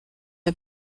wir